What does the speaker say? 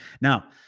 Now